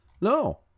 No